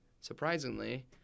surprisingly